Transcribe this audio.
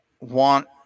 want